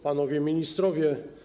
Panowie Ministrowie!